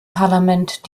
parlament